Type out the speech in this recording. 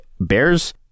bears